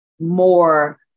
more